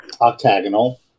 octagonal